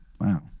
Wow